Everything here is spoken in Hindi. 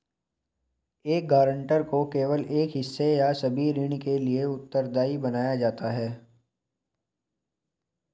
ऋण गारंटर को केवल एक हिस्से या सभी ऋण के लिए उत्तरदायी बनाया जाता है